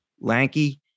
lanky